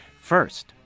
First